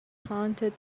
hunted